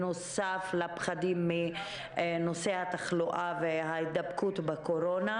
בנוסף לפחדים מנושא התחלואה וההידבקות מהקורונה,